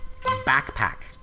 Backpack